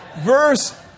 Verse